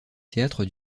théâtre